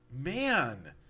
Man